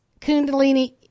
Kundalini